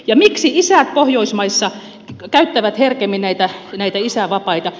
ja miksi isät pohjoismaissa käyttävät herkemmin näitä isävapaita